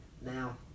Now